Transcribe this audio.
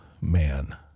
man